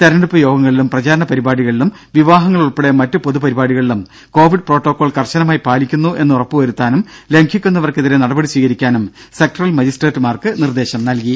തെരഞ്ഞെടുപ്പ് യോഗങ്ങളിലും പ്രചാരണ പരിപാടികളിലും വിവാഹങ്ങൾ ഉൾപ്പെടെ മറ്റു പൊതുപരിപാടികളിലും കോവിഡ് പ്രോട്ടോകോൾ കർശനമായി പാലിക്കുന്നു എന്ന് ഉറപ്പു വരുത്താനും ലംഘിക്കുന്നവർക്കെതിരെ നടപടി സ്വീകരിക്കാനും സെക്ടറൽ മജിസ്ട്രേറ്റുമാർക്ക് നിർദ്ദേശം നൽകി